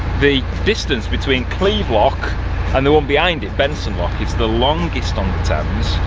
the distance between cleeve lock and the one behind it, benson lock is the longest on the thames.